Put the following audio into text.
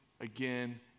again